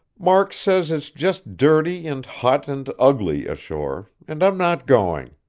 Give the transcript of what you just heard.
mark says it's just dirty and hot and ugly, ashore, and i'm not going,